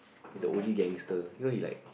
he is the O G gangster you know he like